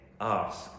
ask